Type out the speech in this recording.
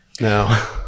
No